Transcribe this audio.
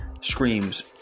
Screams